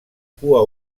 cua